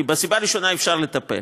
כי בסיבה הראשונה אפשר לטפל